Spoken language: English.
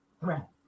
threat